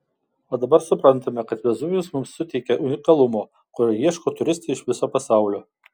o dabar suprantame kad vezuvijus mums suteikia unikalumo kurio ieško turistai iš viso pasaulio